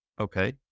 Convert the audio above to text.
Okay